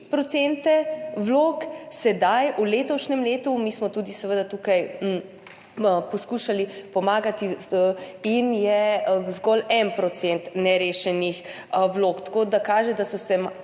3–4 % vlog, sedaj, v letošnjem letu, mi smo seveda tudi tukaj poskušali pomagati, je zgolj 1 % nerešenih vlog, tako da kaže, da so se